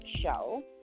show